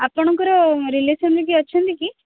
ଆପଣଙ୍କର ରିଲେସନ୍ରେ କିଏ ଅଛନ୍ତି କି